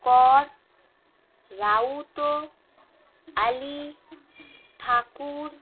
কর রাউত আলী ঠাকুর